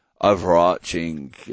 overarching